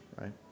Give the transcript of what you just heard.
right